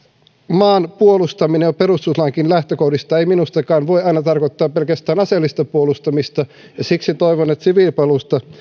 maan puolustaminen jo perustuslainkin lähtökohdista ei minustakaan voi aina tarkoittaa pelkästään aseellista puolustamista ja siksi toivon että siviilipalvelusta